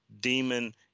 demon